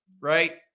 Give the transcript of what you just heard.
right